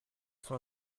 sont